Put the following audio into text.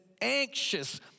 anxious